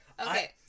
Okay